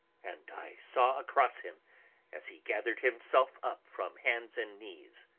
and i saw across him as he gathered himself up from hands and knees.